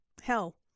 Hell